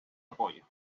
apoyo